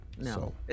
No